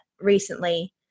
recently